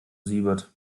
siebert